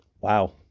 Wow